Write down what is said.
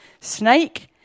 snake